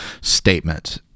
statement